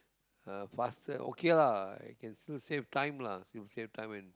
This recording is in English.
uh faster okay lah I can still save time lah still save time when